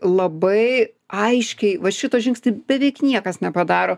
labai aiškiai va šito žingsnį beveik niekas nepadaro